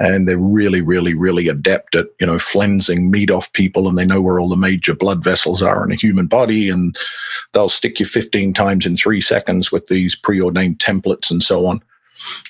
and really, really, really adept at you know flensing meat off people, and they know where all the major blood vessels are in a human body. and they'll stick you fifteen times in three seconds with these preordained templates and so on